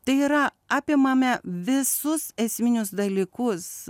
tai yra apimame visus esminius dalykus